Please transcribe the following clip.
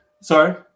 sorry